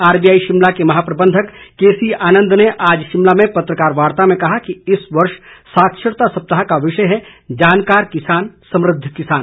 RBI Shimla के महाप्रबंधक केसी आनंद ने आज शिमला में पत्रकार वार्ता में कहा कि इस वर्ष साक्षरता सप्ताह का विषय है जानकार किसान समृद्ध किसान